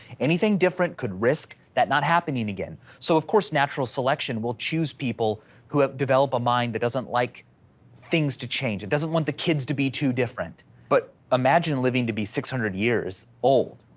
anything different could risk that not happening again. so of course natural selection will choose people who have developed a mind that doesn't like things to change, it doesn't want the kids be too different, but imagine living to be six hundred years old,